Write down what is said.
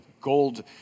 gold